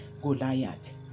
goliath